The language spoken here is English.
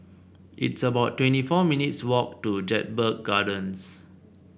it's about twenty four minutes' walk to Jedburgh Gardens